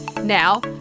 now